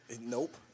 Nope